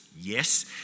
Yes